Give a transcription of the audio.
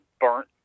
burnt